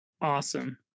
Awesome